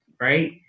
right